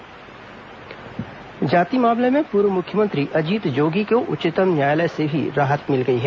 जोगी जाति मामला जाति मामले में पूर्व मुख्यमंत्री अजित जोगी को उच्चतम न्यायालय से भी राहत मिल गई है